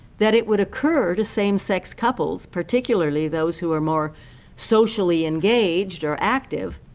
that it would occur to same-sex couples, particularly those who are more socially engaged or active,